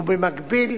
ובמקביל